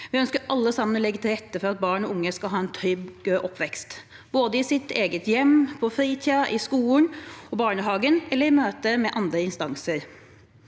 Vi ønsker alle sammen å legge til rette for at barn og unge skal ha en trygg oppvekst, både i sitt eget hjem, på fritiden, i skolen og barnehagen og i møte med andre instanser.